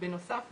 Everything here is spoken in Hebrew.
בנוסף,